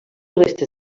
restes